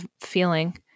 feeling